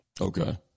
Okay